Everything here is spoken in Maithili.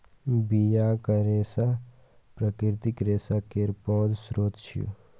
बियाक रेशा प्राकृतिक रेशा केर पैघ स्रोत छियै